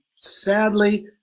sadly,